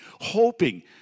hoping